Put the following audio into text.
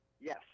Yes